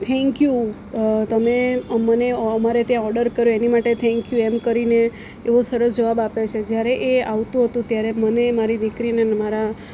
thank you તમે અમને અમારે ત્યાં ઓર્ડર કર્યો એની માટે થેન્ક્યુ એમ કરીને એવો સરસ જવાબ આપે છે જ્યારે એ આવતું હતું ત્યારે મને મારી દીકરીને અને મારા